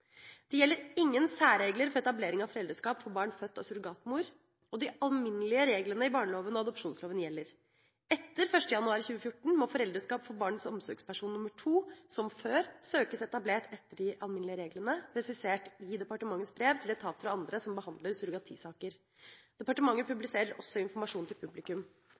Det gjelder ingen særregler for etablering av foreldreskap for barn født av surrogatmor, og de alminnelige reglene i barneloven og adopsjonsloven gjelder. Etter 1. januar 2014 må foreldreskap for barns omsorgsperson nr. 2 som før søkes etablert etter de alminnelige reglene, presisert i departementets brev til etater og andre som behandler surrogatisaker. Departementet publiserer også informasjon til publikum.